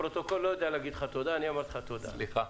השקיעו בו מעל 220 מיליון שקל.